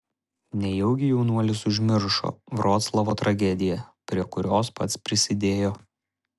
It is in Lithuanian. nejaugi jaunuolis užmiršo vroclavo tragediją prie kurios pats prisidėjo